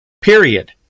period